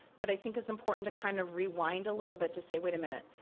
that i think is important to kind of, rewind a little bit to say, wait a minute,